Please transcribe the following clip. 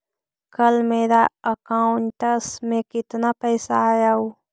कल मेरा अकाउंटस में कितना पैसा आया ऊ?